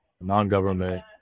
non-government